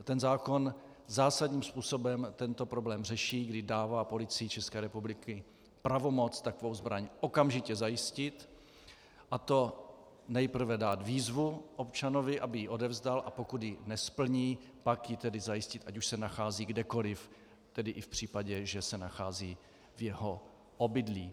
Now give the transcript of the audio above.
Ten zákon zásadním způsobem tento problém řeší, kdy dává Policii České republiky pravomoc zbraň okamžitě zajistit, a to nejprve dát výzvu občanovi, aby ji odevzdal, a pokud ji nesplní, pak ji zajistit, ať už se nachází kdekoliv, tedy i v případě, že se nachází v jeho obydlí.